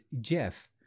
Jeff